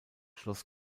schloss